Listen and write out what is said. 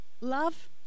love